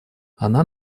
она